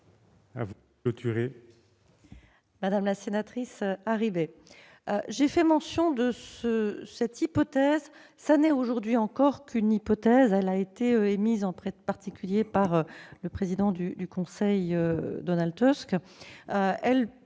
Madame la sénatrice, j'ai fait mention de cette hypothèse, qui n'est aujourd'hui encore qu'une hypothèse ! Celle-ci a été émise en particulier par le président du Conseil européen Donald Tusk,